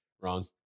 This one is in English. wrong